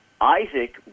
Isaac